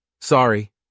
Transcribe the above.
Sorry